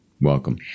welcome